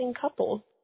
couple